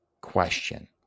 question